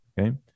Okay